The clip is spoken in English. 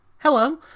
Hello